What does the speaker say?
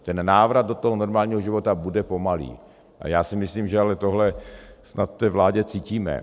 Ten návrat do normálního života bude pomalý a já si myslím, že ale tohle snad v té vládě cítíme.